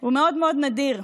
הוא מאוד מאוד נדיר,